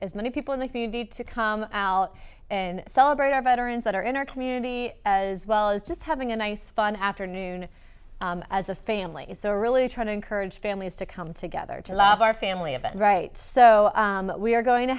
as many people in the community to come out and celebrate our veterans that are in our community as well as just having a nice fun afternoon as a family is so really trying to encourage families to come together to love our family about right so we are going to